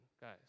guys